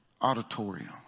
auditorium